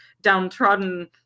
downtrodden